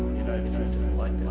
united fruit didn't like